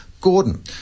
Gordon